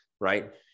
right